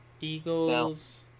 Eagles